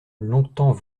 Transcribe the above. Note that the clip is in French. longtemps